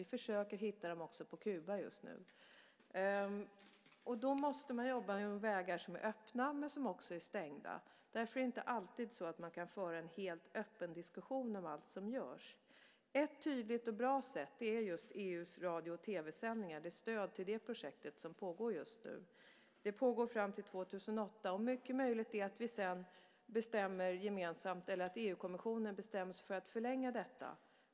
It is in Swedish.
Vi försöker göra det också på Kuba just nu. Då måste man jobba med vägar som är öppna men också vägar som är stängda. Därför är det inte alltid så att man kan föra en helt öppen diskussion om allt som görs. Ett tydligt och bra sätt är just EU:s radio och tv-sändningar. Det är stöd till det projekt som just nu pågår. Det pågår fram till år 2008. Det är mycket möjligt att EU-kommissionen sedan bestämmer sig för en förlängning.